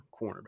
cornerback